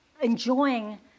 enjoying